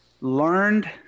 learned